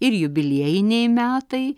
ir jubiliejiniai metai